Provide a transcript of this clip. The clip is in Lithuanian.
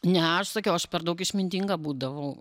ne aš sakiau aš per daug išmintinga būdavau